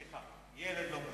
סליחה, ילד לא מוצלח.